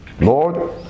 Lord